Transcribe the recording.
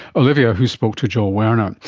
olivia, who spoke to joel werner.